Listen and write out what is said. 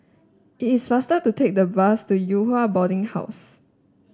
it is faster to take the bus to Yew Hua Boarding House